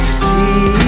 see